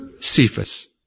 Cephas